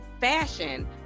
fashion